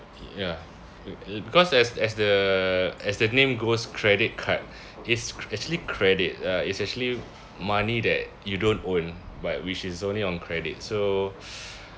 ya because as as the as the name goes credit card it's cre~ actually credit ah it's actually money that you don't own but which is only on credit so